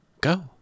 Go